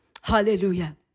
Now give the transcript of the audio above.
Hallelujah